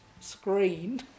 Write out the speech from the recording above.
screen